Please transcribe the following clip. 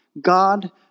God